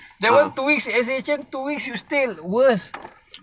that one two weeks S_H_N two weeks you stay worse